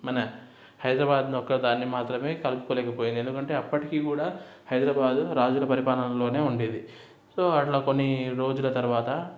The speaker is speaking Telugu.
మన హైదరాబాద్ ఒక్కదాన్ని మాత్రమే కలుపుకోలేకపోయింది ఎందుకంటే అప్పటికీ కూడా హైదరాబాదు రాజుల పరిపాలనలోనే ఉండేది సో అట్లా కొన్నీ రోజుల తరువాత